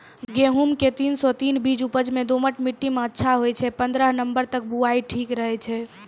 गेहूँम के तीन सौ तीन बीज उपज मे दोमट मिट्टी मे अच्छा होय छै, पन्द्रह नवंबर तक बुआई ठीक रहै छै